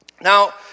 Now